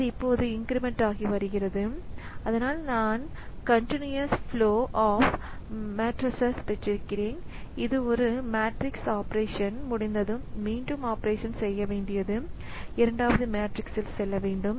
அது இப்போது இன்கிரிமெண்ட் ஆகி வருகிறது அதனால் நான் கண்டினுயூஎஸ் ப்லோ ஆப் மேட்ரசஸ்சஸ் பெற்றிருக்கிறேன் ஒரு மேட்ரிக்ஸ் ஆப்பரேஷன் முடிந்ததும் மீண்டும் ஆப்பரேஷன் செய்ய வேண்டியது இரண்டாவது மேட்ரிக்ஸில் செல்ல வேண்டும்